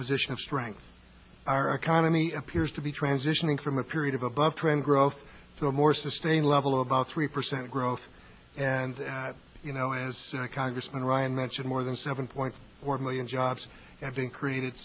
position of strength our economy appears to be transitioning from a period of above trend growth to a more sustained level of about three percent growth and you know as congressman ryan mentioned more than seven point four million jobs have been created